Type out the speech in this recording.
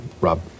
Rob